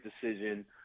decision